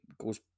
goes